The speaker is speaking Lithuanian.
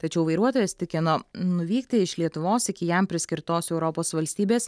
tačiau vairuotojas tikino nuvykti iš lietuvos iki jam priskirtos europos valstybės